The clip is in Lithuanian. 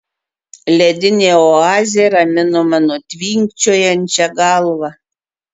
ledinė oazė ramino mano tvinkčiojančią galvą